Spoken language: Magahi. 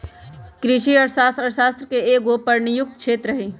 कृषि अर्थशास्त्र अर्थशास्त्र के एगो अनुप्रयुक्त क्षेत्र हइ